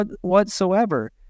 whatsoever